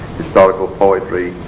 historical poetry,